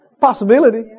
Possibility